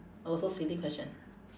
also silly question